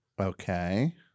Okay